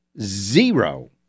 zero